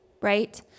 right